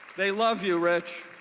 they love you rich.